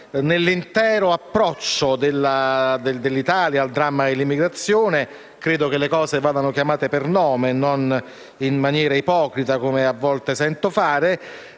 nell'intero approccio dell'Italia al dramma dell'immigrazione. Credo che le cose vadano chiamate per nome e non in maniera ipocrita come a volte sento fare,